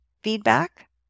feedback